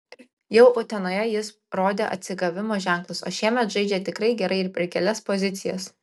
jau utenoje jis rodė atsigavimo ženklus o šiemet žaidžia tikrai gerai ir per kelias pozicijas